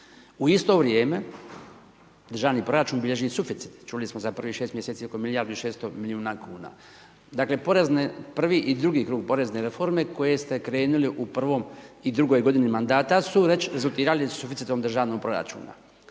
U isto vrijeme državni proračun bilježi suficit, čuli smo za prvih 6 mjeseci oko milijardu i 600 milijuna kuna. Dakle prvi i drugi krug porezne reforme koje ste krenuli u prvom i drugoj godini mandata su već rezultirali suficitom državnog proračuna,